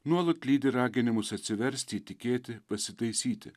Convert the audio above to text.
nuolat lydi raginimus atsiversti įtikėti pasitaisyti